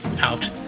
out